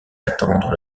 attendre